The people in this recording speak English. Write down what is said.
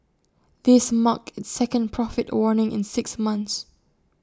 this marked its second profit warning in six months